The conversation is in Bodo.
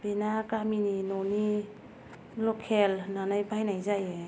बेना गामिनि न'नि लकेल होननानै बायनाय जायो